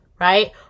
right